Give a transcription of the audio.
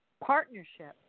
partnership